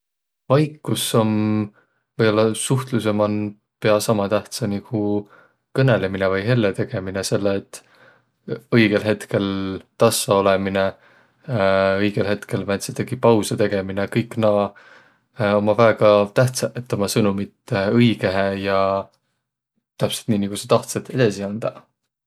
Vaikus om või-ollaq suhtlusõ man pia sama tähtsä nigu kõnõlõminõ vai helle tegemine, selle et õigõl hetkel tassa olõminõ, õigõl hetkel määntsidegi pausõ tegemine, kõik naaq ommaq väega tähtsäq, et umma sõnomit õigõhe ja täpselt nii, nigu sa tahtsõt, edesi andaq.